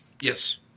Yes